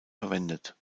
verwendet